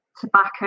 tobacco